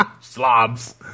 Slobs